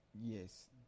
Yes